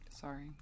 Sorry